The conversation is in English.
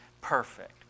perfect